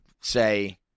say